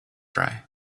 dry